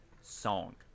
song